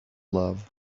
love